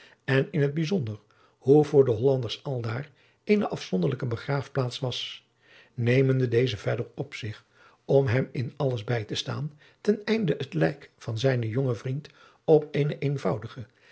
en in het bijzonder hoe voor de hollanders aldaar eene afzonderlijke begraafplaats was nemende deze verder op zich om hem in alles bij te staan ten einde het lijk van zijnen jongen vriend op eene eenvoudige